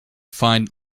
find